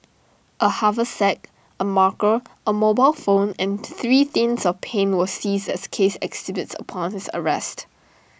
A haversack A marker A mobile phone and three tins of paint were seized as case exhibits upon his arrest